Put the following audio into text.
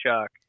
Chuck